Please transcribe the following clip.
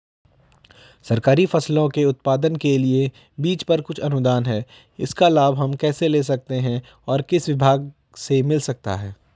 सरकारी फसलों के उत्पादन के लिए बीज पर कुछ अनुदान है इसका लाभ हम कैसे ले सकते हैं और किस विभाग से मिल सकता है?